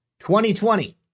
2020